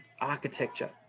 architecture